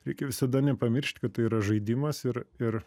reikia visada nepamiršt kad tai yra žaidimas ir ir